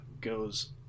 goes